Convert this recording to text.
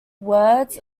words